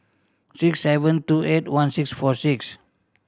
six seven two eight one six four six